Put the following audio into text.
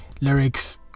Lyrics